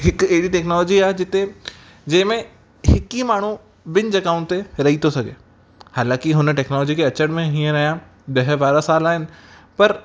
हिक अहिड़ी टेक्नोलॉजी आहे जिते जंहिमें हिक ई माण्हू ॿिनि जॻहुनि ते रही थो सघे हालांकि हुन टेक्नोलॉजीअ खे अचनि में हीअंर ॾह ॿारहं साल आहिनि पर